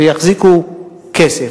ויחזיקו כסף.